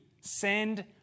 Send